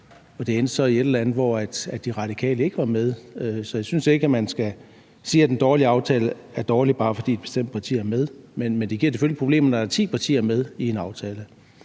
Det endte så i et eller andet, hvor De Radikale ikke var med. Så jeg synes ikke, at man skal sige, at en aftale er dårlig, bare fordi et bestemt parti er med. Men det kan da selvfølgelig give problemer, når der er ti partier med i en aftale.